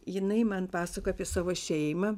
jinai man pasakojo apie savo šeimą